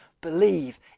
believe